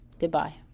goodbye